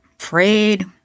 afraid